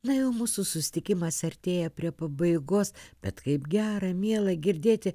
na jau mūsų susitikimas artėja prie pabaigos bet kaip gera miela girdėti